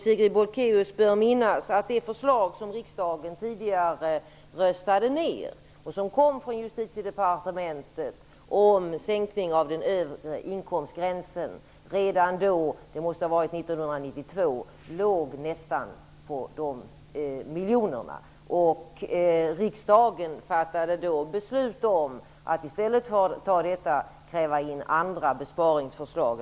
Sigrid Bolkéus bör minnas att det förslag från Jusitiedepartementet, som riksdagen tidigare röstade ned, om en sänkning av den övre inkomstgränsen redan då - det måste ha varit 1992 - innebar nästan samma belopp. Riksdagen fattade då beslut om att i stället kräva in andra besparingsförslag.